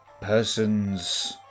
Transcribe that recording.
Persons